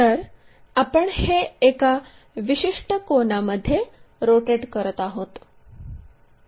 तर आपण हे एका विशिष्ट कोनामध्ये रोटेट करत आहोत